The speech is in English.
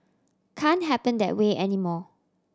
can happen that way anymore